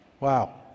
Wow